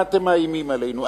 במה אתם מאיימים עלינו?